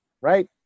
Right